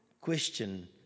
question